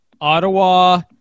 Ottawa